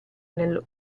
nel